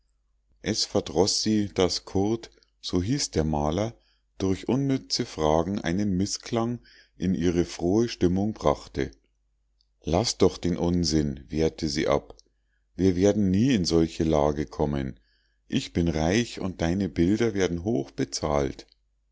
es verdroß sie daß curt so hieß der maler durch unnütze fragen einen mißklang in ihre frohe stimmung brachte laß doch den unsinn wehrte sie ab wir werden nie in solche lage kommen ich bin reich und deine bilder werden hoch